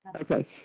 Okay